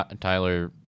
Tyler